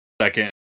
second